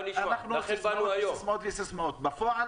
הכול זה ססמאות אבל בפועל